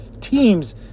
teams